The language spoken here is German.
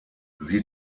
sie